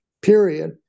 period